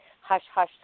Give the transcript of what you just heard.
hush-hush